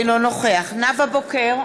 אינו נוכח נאוה בוקר,